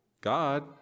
God